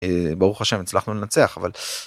ברוך השם הצלחנו לנצח אבל